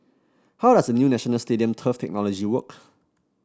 how does the new National Stadium turf technology work